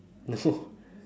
no